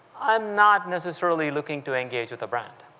i'm not necessary ily looking to engage with a brand.